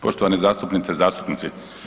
Poštovane zastupnice i zastupnici.